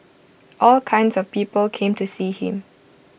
all kinds of people came to see him